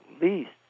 least